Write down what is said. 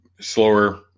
slower